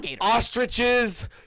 ostriches